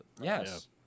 Yes